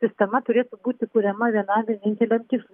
sistema turėtų būti kuriama vienam vieninteliam tikslui